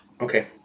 Okay